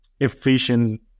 efficient